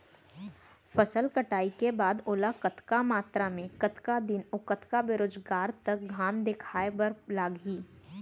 फसल कटाई के बाद ओला कतका मात्रा मे, कतका दिन अऊ कतका बेरोजगार तक घाम दिखाए बर लागही?